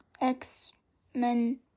X-Men